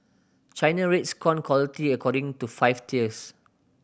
China rates corn quality according to five tiers